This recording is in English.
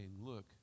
Look